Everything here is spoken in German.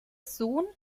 sohn